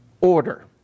order